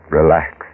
relax